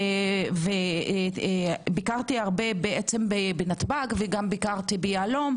וביקרתי הרבה בנתב"ג וגם ביהלום,